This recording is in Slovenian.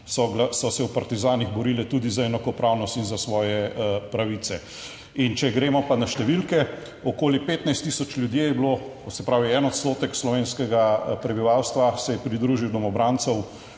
so se v partizanih borile tudi za enakopravnost in za svoje pravice. In če gremo pa na številke, okoli 15000 ljudi je bilo, to se pravi 1 odstotek slovenskega prebivalstva se je pridružil, domobrancem,